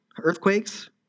earthquakes